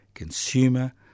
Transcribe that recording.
Consumer